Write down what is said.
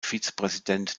vizepräsident